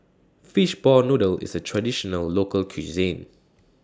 Fishball Noodle IS A Traditional Local Cuisine